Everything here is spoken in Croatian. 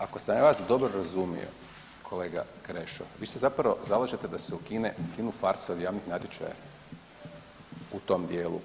Ako sam ja vas dobro razumio kolega Krešo vi se zapravo zalažete da se ukine … [[ne razumije se]] farsa od javnih natječaja u tom dijelu?